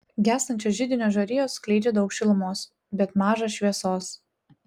gęstančios židinio žarijos skleidžia daug šilumos bet maža šviesos